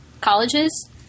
colleges